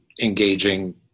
engaging